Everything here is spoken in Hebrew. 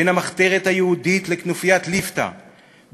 בין המחתרת היהודית לכנופיית ליפתא,